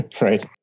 right